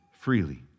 freely